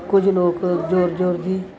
ਕੁਝ ਲੋਕ ਜ਼ੋਰ ਜ਼ੋਰ ਦੀ